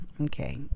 okay